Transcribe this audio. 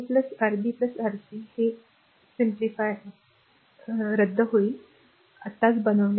तर Ra Rb Ra Rb Rc हे a रद्द करेल आत्ताच बनवले तर